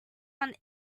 one